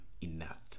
enough